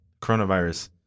coronavirus